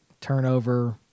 turnover